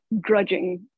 grudging